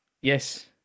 Yes